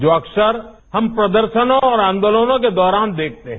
जो अक्सर हम प्रदर्शनों और आंदोलनों के दौरान देखते हैं